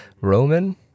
Roman